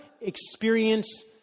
experience